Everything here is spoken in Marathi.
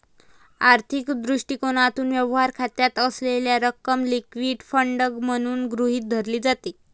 आर्थिक दृष्टिकोनातून, व्यवहार खात्यात असलेली रक्कम लिक्विड फंड म्हणून गृहीत धरली जाते